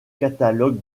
catalogue